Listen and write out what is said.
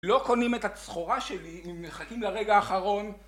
לא קונים את הסחורה שלי, אם מחכים לרגע האחרון...